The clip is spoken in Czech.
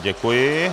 Děkuji.